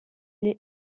est